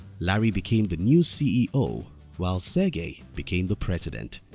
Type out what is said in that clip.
larry became the new ceo while sergey became the president.